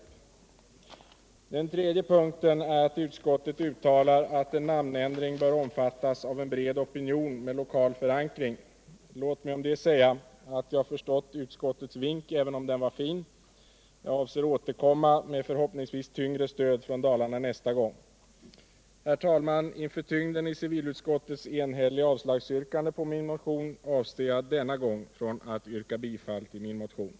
Om den tredje punkten, att en namnändring bör omfattas av en bred opinion med lokal förankring, vill jag säga att jag förstått utskottets vink även om den var fin. Jag avser att återkomma med förhoppningsvis tyngre stöd från Dalarna nästa gång. Herr talman! Inför tyngden i civilutskottets enhälliga avslagsyrkande på min motion avstår jag denna gång från att yrka bifall till motionen.